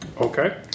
Okay